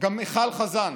גם מיכל חזן,